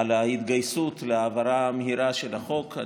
על ההתגייסות להעברה מהירה של החוק.